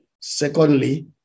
Secondly